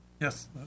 Yes